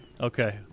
Okay